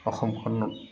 অসমখনো